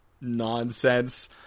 nonsense